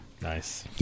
Nice